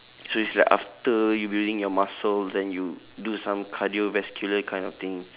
so it's like after you building your muscles then you do some cardiovascular kind of thing